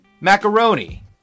Macaroni